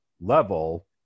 level